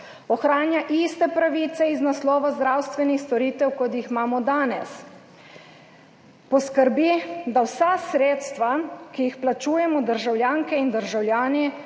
Ohranja iste pravice iz naslova zdravstvenih storitev, kot jih imamo danes. Poskrbi, da vsa sredstva, ki jih plačujemo državljanke in državljani,